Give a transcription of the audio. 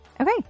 Okay